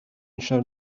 shown